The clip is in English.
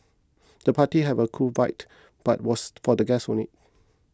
the party have a cool vibe but was for the guests only